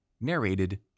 Narrated